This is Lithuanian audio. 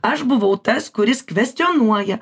aš buvau tas kuris kvestionuoja